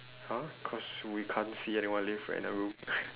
!huh! cause we can't see anyone leave we're in a room